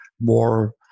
more